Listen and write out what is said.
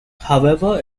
however